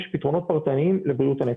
יש פתרונות פרטניים לבריאות הנפש.